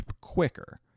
quicker